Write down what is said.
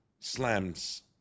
slams